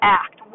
act